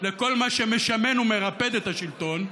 לכל מה שמשמן ומרפד את השלטון,